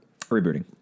Rebooting